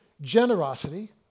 generosity